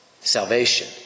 salvation